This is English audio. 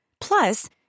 Plus